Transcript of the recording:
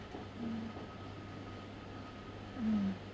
mm mm